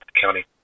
County